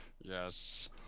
yes